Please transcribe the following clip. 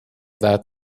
that